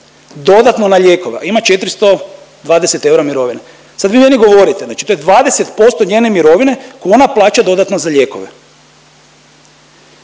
dodatno na lijekove, a ima 420 eura mirovine. Sad vi meni govorite znači to je 20% njene mirovine koju ona plaća dodatno za lijekove.